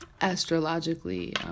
Astrologically